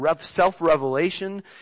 self-revelation